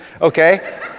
okay